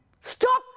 Stop